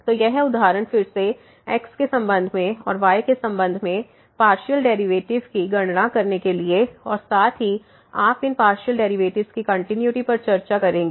तो यह उदाहरण फिर से x के संबंध में और y के संबंध में पार्शियल डेरिवेटिव्स की गणना करने के लिए और साथ ही आप इन पार्शियल डेरिवेटिव्स की कंटिन्यूटी पर चर्चा करेंगे